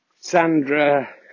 Sandra